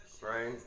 right